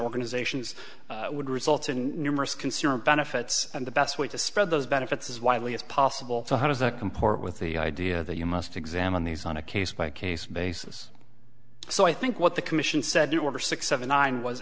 organizations would result in numerous consumer benefits and the best way to spread those benefits as widely as possible so how does that comport with the idea that you must examine these on a case by case basis so i think what the commission said there were six seven nine was